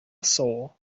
soul